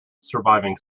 surviving